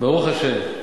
ברוך השם,